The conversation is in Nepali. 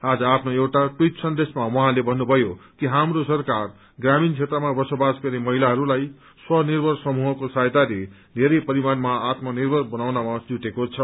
आज आफ्नो एउटा ट्वीट सन्देशमा उहाँले भन्नुभयो कि हाम्रो सरकार ग्रामीण क्षेत्रमा बसोबास गर्ने महिलाहरूलाई स्व निर्भर समूहको सहायताले धेरै परिमाणमा आत्म निर्भर बनाउनमा जुटेको छ